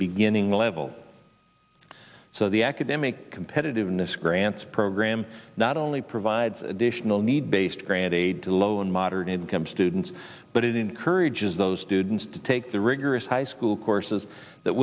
beginning level so the academic competitiveness grants program not only provides additional need based grant aid to low and moderate income students but it encourages those students to take the rigorous high school courses that